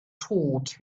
taught